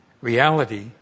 reality